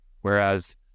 whereas